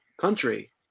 country